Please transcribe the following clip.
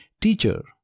teacher